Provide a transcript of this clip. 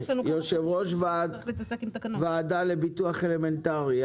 יושב ראש ועדה לביטוח אלמנטרי,